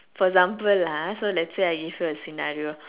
for example lah so let's say I give you a scenario